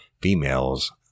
females